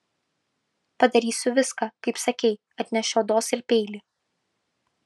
padarysiu viską kaip sakei atnešiu odos ir peilį